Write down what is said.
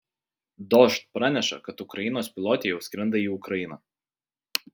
dožd praneša kad ukrainos pilotė jau skrenda į ukrainą